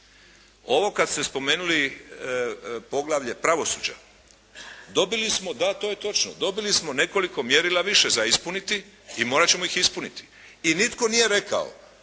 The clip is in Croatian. Ovo kad ste spomenuli poglavlje pravosuđa. Dobili smo, da, to je točno. Dobili smo nekoliko mjerila više za ispuniti i morat ćemo ih ispuniti. I nitko nije rekao